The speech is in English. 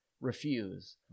refuse